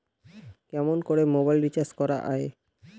কেমন করে mobile recharge করা য়ায়?